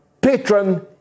patron